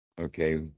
okay